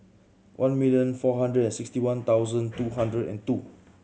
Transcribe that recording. one million four hundred and sixty one thousand two hundred and two